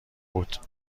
بود